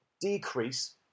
decrease